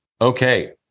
Okay